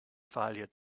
failure